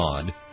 God